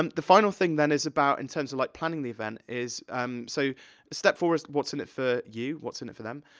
um the final thing that is about, in terms of, like, planning the event, is, um so, a step four is, what's in it for you? what's in it for them?